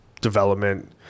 development